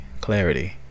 clarity